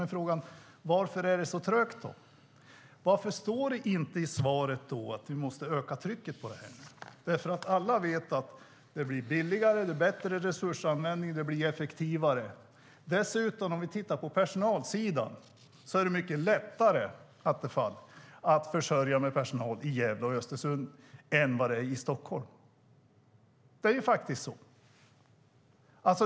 Varför går det så trögt? Varför står det inte i svaret att vi måste öka trycket? Alla vet att det blir billigare och effektivare och att det blir en bättre resursanvändning. Dessutom är personalförsörjningen mycket lättare i Gävle och Östersund än i Stockholm, Attefall.